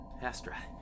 Astra